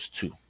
two